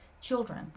children